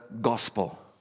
gospel